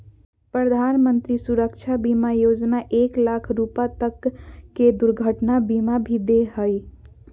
प्रधानमंत्री सुरक्षा बीमा योजना एक लाख रुपा तक के दुर्घटना बीमा भी दे हइ